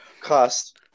cost